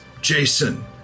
Jason